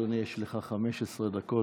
אדוני, יש לך 15 דקות.